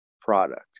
product